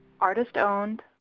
artist-owned